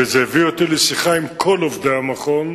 וזה הביא אותי לשיחה עם כל עובדי המכון,